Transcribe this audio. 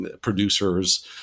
producers